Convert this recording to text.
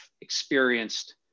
experienced